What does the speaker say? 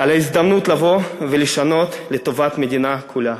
על ההזדמנות לבוא ולשנות לטובת המדינה כולה.